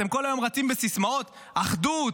אתם כל היום רצים בסיסמאות: אחדות,